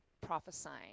prophesying